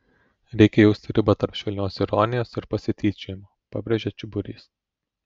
reikia jausti ribą tarp švelnios ironijos ir pasityčiojimo pabrėžia čiburys